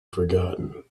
forgotten